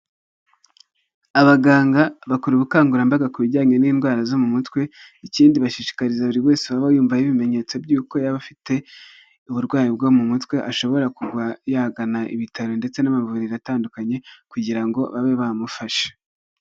Abaganga bakora ubukangurambaga ku bijyanye n'indwara zo mu mutwe, ikindi bashishikariza buri wese waba yiyumvaho ibimenyetso by'uko yaba afite uburwayi bwo mu mutwe, ashobora kuba yagana ibitaro ndetse n'amavuriro atandukanye, kugira ngo babe bamufasha.